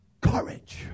courage